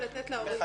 נכון?